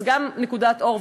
אז יש גם נקודת אור,